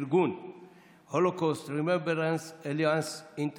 ארגון International Holocaust Remembrance Alliance (IHRA)